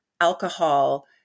alcohol